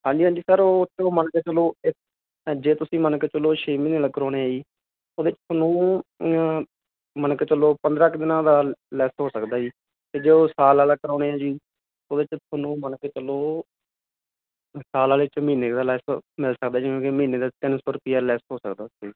ਹਾਂਜੀ ਹਾਂਜੀ ਸਰ ਉਹ ਚਲੋ ਮੰਨ ਕੇ ਚਲੋ ਜੇ ਤੁਸੀਂ ਮੰਨ ਕੇ ਚਲੋ ਛੇ ਮਹੀਨੇ ਆਲਾ ਕਰੋਨੇ ਆਂ ਜੀ ਉਹਦੇ ਚ ਥੋਨੂੰ ਮੰਨ ਕੇ ਚਲੋ ਪੰਦਰਾਂ ਕ ਦਿਨਾਂ ਦਾ ਲੈੱਸ ਹੋ ਸਕਦਾ ਜੀ ਤੇ ਜੇ ਉਹ ਸਾਲ ਆਲਾ ਕਰੋਨੇ ਆਂ ਜੀ ਉਹਦੇ ਚ ਥੋਨੂੰ ਮੰਨ ਕੇ ਚਲੋ ਸਾਲ ਆਲੇ ਚ ਮਹੀਨੇ ਕ ਦਾ ਲੈੱਸ ਮਿਲ ਸਕਦਾ ਜਿਵੇਂ ਕੀ ਮਹੀਨੇ ਦਾ ਤਿੰਨ ਸੌ ਰੁਪਈਆ ਲੈੱਸ ਹੋ ਸਕਦਾ